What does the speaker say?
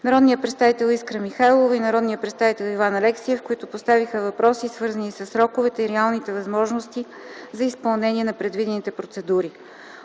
народният представител Искра Михайлова и народният представител Иван Алексиев, които поставиха въпроси, свързани със сроковете и реалните възможности за изпълнение на предвидените процедури.